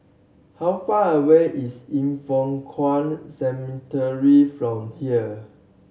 how far away is Yin Foh Kuan Cemetery from here